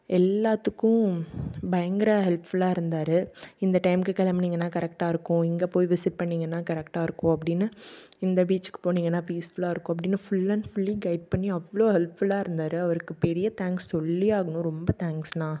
எல்லாத்துக்கும் பயங்கர ஹெல்ப்ஃபுல்லாக இருந்தார் இந்த டைம்க்கு கிளம்புனிங்னா கரெக்டாக இருக்கும் இங்கே போய் விசிட் பண்ணிங்கன்னால் கரெக்டாக இருக்கும் அப்படின்னு இந்த பீச்சுக்கு போனிங்கன்னால் பீஸ்ஃபுல்லாக இருக்கும் அப்படின்னு ஃபுல் அண்ட் ஃபுல்லி கையிட் பண்ணி அவ்வளோ ஹெல்ப்ஃபுல்லாக இருந்தார் அவருக்கு பெரிய தேங்க்ஸ் சொல்லியே ஆகணும் ரொம்ப தேங்க்ஸ்ண்ணா